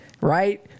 right